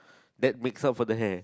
that makes up for the hair